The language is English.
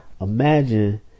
imagine